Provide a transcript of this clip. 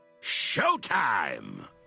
Showtime